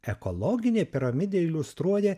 ekologinė piramidė iliustruoja